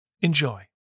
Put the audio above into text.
Enjoy